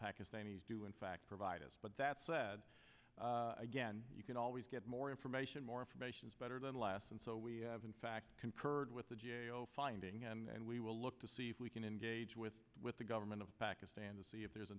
pakistanis do in fact provide us but that said again you can always get more information more information is better than last and so we have in fact concurred with the g a o finding and we will look to see if we can engage with with the government of pakistan to see if there's a